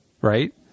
right